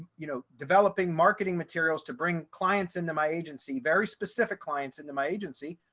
you know developing marketing materials to bring clients into my agency very specific clients into my agency,